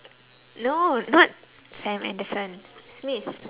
no not sam anderson smith